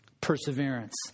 perseverance